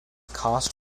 cost